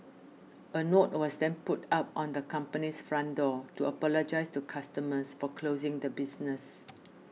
a note was then put up on the company's front door to apologise to customers for closing the business